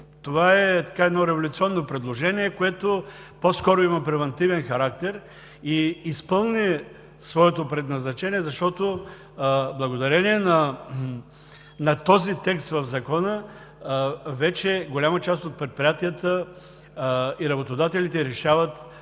Това е едно революционно предложение, което по-скоро има превантивен характер и изпълни своето предназначение, защото благодарение на този текст в Закона, вече голяма част от предприятията и работодателите решават